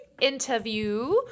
interview